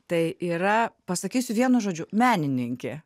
tai yra pasakysiu vienu žodžiu menininkė